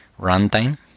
runtime